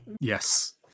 Yes